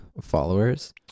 followers